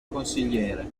consigliere